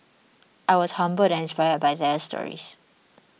I was humbled and inspired by their stories